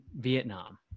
Vietnam